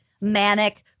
manic